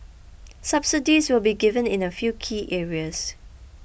subsidies will be given in a few key areas